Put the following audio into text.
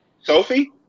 Sophie